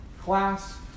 class